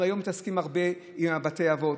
היום אנחנו מתעסקים הרבה עם בתי אבות.